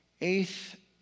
eighth